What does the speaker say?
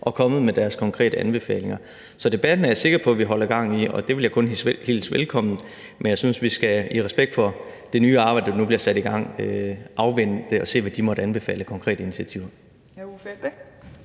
var kommet med deres konkrete anbefalinger. Så debatten er jeg sikker på at vi holder gang i, og det vil jeg kun hilse velkommen, men jeg synes, at vi i respekt for det arbejde, der nu bliver sat i gang, skal afvente det, og se, hvad de måtte anbefale af konkrete initiativer.